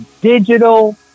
digital